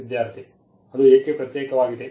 ವಿದ್ಯಾರ್ಥಿ ಅದು ಏಕೆ ಪ್ರತ್ಯೇಕವಾಗಿದೆ